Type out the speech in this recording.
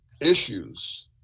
issues